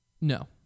No